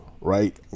right